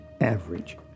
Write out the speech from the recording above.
average